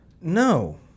No